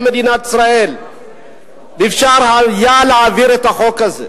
מדינת ישראל היה אפשר להעביר את החוק הזה.